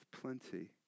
plenty